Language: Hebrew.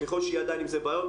ככל שיהיה עם זה בעיות,